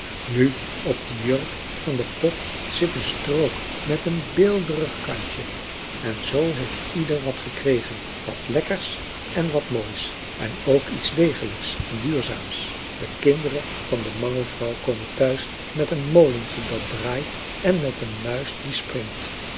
nu op de jurk van de pop zit een strook met een beelderig kantje en zoo heeft ieder wat gekregen wat lekkers en wat moois en ook iets degelijks en duurzaams de kinderen van de mangelvrouw komen thuis met een molentje dat draait en met een muis die springt